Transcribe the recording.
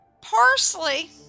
Parsley